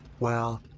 well,